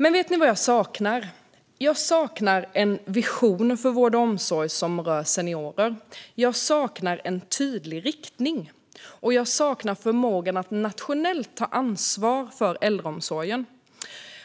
Men vet ni vad jag saknar? Jag saknar en vision för vård och omsorg som rör seniorer. Jag saknar en tydlig riktning. Och jag saknar förmågan att nationellt ta ansvar för äldreomsorgen.